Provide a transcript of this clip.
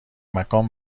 مکان